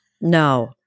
No